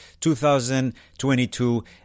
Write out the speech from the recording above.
2022